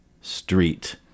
street